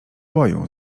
boju